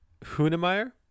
Hunemeyer